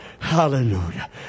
Hallelujah